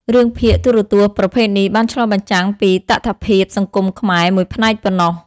រឿងភាគទូរទស្សន៍ប្រភេទនេះបានឆ្លុះបញ្ចាំងពីតថភាពសង្គមខ្មែរមួយផ្នែកប៉ុណ្ណោះ។